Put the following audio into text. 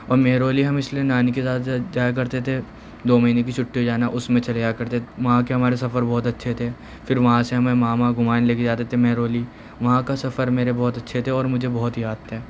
اور مہرولی ہم اس لئے نانی کے ساتھ ساتھ جایا کرتے تھے دو مہینے کی چھٹی جو ہے نا اس میں چلے جایا کرتے وہاں کے ہمارے سفر بہت اچھے تھے پھر وہاں سے ہمیں ماما گھمانے لے کے جاتے تھے مہرولی وہاں کا سفر میرے بہت اچھے تھے اور مجھے بہت یاد تھے